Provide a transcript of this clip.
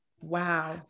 wow